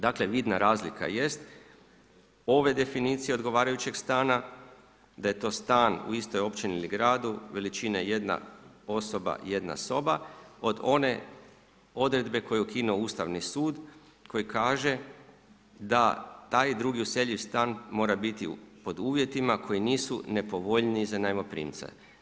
Dakle vidna razlika jest ove definicije odgovarajućeg stana da je to stan u istoj općini ili gradu veličine jedna osoba, jedna soba od one odredbe koju je ukinuo Ustavni sud koji kaže da taj drugi useljiv stan mora biti pod uvjetima koji nisu nepovoljniji za najmoprimca.